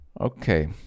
Okay